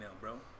bro